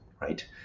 right